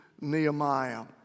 Nehemiah